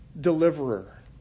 deliverer